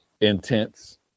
intense